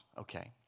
Okay